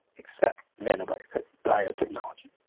except nanobiotechnology.